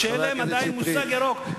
למה לקחת אנשים שעדיין אין להם מושג ירוק,